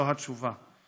זו התשובה.